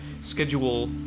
schedule